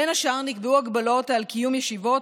בין השאר נקבעו הגבלות על קיום ישיבות,